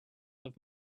have